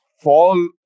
fall